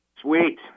Sweet